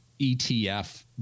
ETF